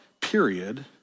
period